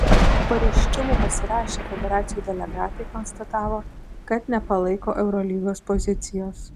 po pareiškimu pasirašę federacijų delegatai konstatavo kad nepalaiko eurolygos pozicijos